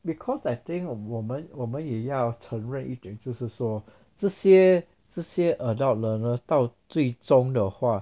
cause I think 我们我们也要承认一点就是说这些这些 adult learners 到最终的话